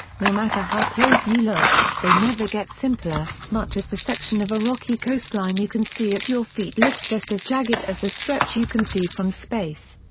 no matter how close you look, they never get simpler, much as the section of a rocky coastline you can see at your feet looks just as jagged as the stretch you can see from space.